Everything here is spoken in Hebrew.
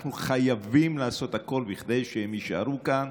אנחנו חייבים לעשות הכול כדי שהם יישארו כאן.